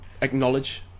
acknowledge